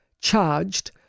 charged